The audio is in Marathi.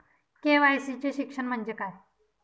के.वाय.सी चे शिक्षण म्हणजे काय?